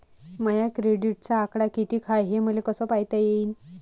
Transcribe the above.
माया क्रेडिटचा आकडा कितीक हाय हे मले कस पायता येईन?